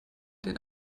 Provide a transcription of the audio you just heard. den